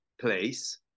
place